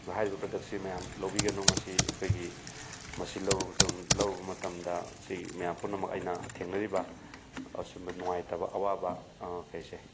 ꯍꯥꯏꯔꯤꯕ ꯄ꯭ꯔꯗꯛ ꯑꯁꯤ ꯃꯌꯥꯝ ꯂꯧꯕꯤꯒꯅꯨ ꯃꯁꯤ ꯑꯩꯈꯣꯏꯒꯤ ꯃꯁꯤ ꯂꯧꯔꯨꯕ ꯃꯇꯝꯗ ꯁꯤ ꯃꯌꯥꯝ ꯄꯨꯝꯅꯃꯛ ꯑꯩꯅ ꯊꯦꯡꯅꯔꯤꯕ ꯑꯁꯨꯝꯕ ꯅꯨꯡꯉꯥꯏꯇꯕ ꯑꯋꯥꯕ ꯈꯩꯁꯦ